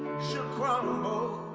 should crumble